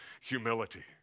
humility